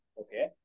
okay